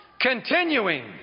Continuing